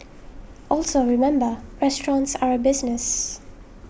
also remember restaurants are a business